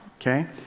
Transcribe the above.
Okay